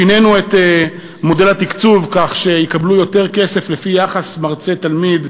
שינינו את מודל התקצוב כך שיקבלו יותר כסף לפי יחס מרצה תלמיד,